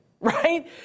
right